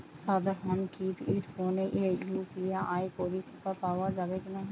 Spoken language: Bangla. সাধারণ কিপেড ফোনে ইউ.পি.আই পরিসেবা পাওয়া যাবে কিনা?